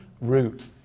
route